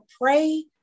pray